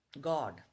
God